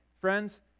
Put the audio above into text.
friends